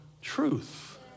Truth